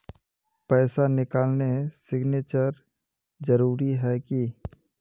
पैसा निकालने सिग्नेचर जरुरी है की?